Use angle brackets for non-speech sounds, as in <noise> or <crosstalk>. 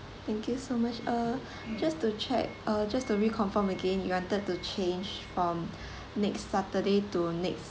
thank you so much uh <breath> just to check uh just to reconfirm again you wanted to change from <breath> next saturday to next